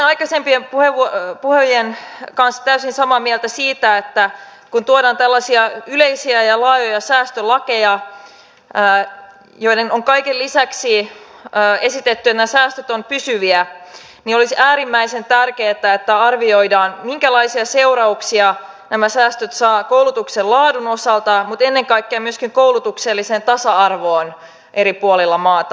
olen aikaisempien puhujien kanssa täysin samaa mieltä siitä että kun tuodaan tällaisia yleisiä ja laajoja säästölakeja joihin liittyen on kaiken lisäksi esitetty että nämä säästöt ovat pysyviä niin olisi äärimmäisen tärkeätä että arvioidaan minkälaisia seurauksia nämä säästöt saavat aikaan koulutuksen laadun osalta mutta ennen kaikkea myöskin koulutuksellisen tasa arvon osalta eri puolilla maata